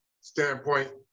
standpoint